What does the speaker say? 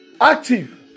active